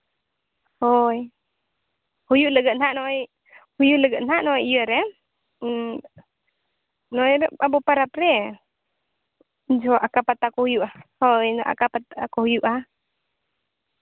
ᱦᱳᱭ ᱦᱩᱭᱩᱜ ᱞᱟᱹᱜᱤᱫ ᱱᱟᱸᱜ ᱱᱚᱜᱼᱚᱸᱭ ᱦᱩᱭᱩᱜ ᱞᱟᱹᱜᱤᱫ ᱦᱟᱸᱜ ᱱᱚᱜᱼᱚᱸᱭ ᱤᱭᱟᱹ ᱨᱮ ᱱᱚᱜᱼᱚᱸᱭ ᱫᱚ ᱟᱵᱚ ᱯᱟᱨᱟᱵᱽ ᱨᱮ ᱩᱱ ᱡᱚᱦᱚᱜ ᱟᱠᱟᱼᱯᱟᱛᱟ ᱠᱚ ᱦᱩᱭᱩᱜᱼᱟ ᱦᱳᱭ ᱟᱠᱟᱼᱯᱟᱛᱟ ᱠᱚ ᱦᱩᱭᱩᱜᱼᱟ